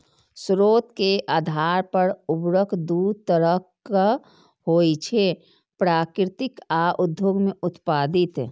स्रोत के आधार पर उर्वरक दू तरहक होइ छै, प्राकृतिक आ उद्योग मे उत्पादित